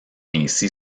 ainsi